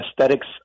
aesthetics